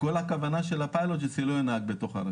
כל הכוונה של הפיילוט היא שלא יהיה נהג ברכב.